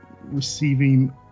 receiving